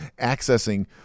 accessing